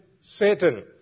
Satan